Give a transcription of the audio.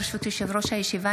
ברשות יושב-ראש הישיבה,